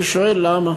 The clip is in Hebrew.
אני שואל למה.